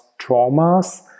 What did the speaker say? traumas